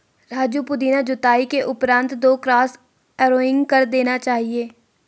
राजू पुदीना जुताई के उपरांत दो क्रॉस हैरोइंग कर देना चाहिए